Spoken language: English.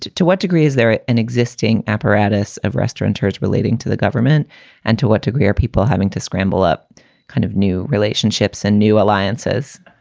to to what degree is there an existing apparatus of restauranteurs relating to the government and to what degree are people having to scramble up kind of new relationships and new alliances?